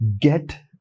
Get